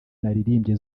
naririmbye